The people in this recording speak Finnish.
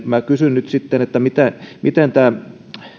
minä kysyn nyt sitten entä tämä